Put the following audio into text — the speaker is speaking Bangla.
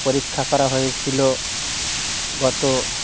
পরীক্ষা করা হয়েছিল গত